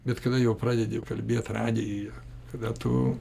bet kada jau pradedi kalbėt radijuje kada tu